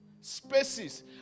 spaces